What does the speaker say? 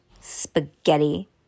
spaghetti